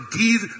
give